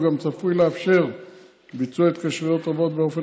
הוא גם צפוי לאפשר ביצוע התקשרויות רבות באופן